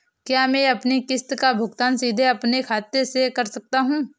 क्या मैं अपनी किश्त का भुगतान सीधे अपने खाते से कर सकता हूँ?